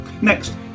Next